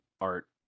art